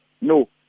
No